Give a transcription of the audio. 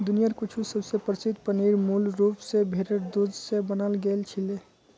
दुनियार कुछु सबस प्रसिद्ध पनीर मूल रूप स भेरेर दूध स बनाल गेल छिले